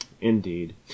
Indeed